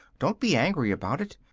don't be angry about it.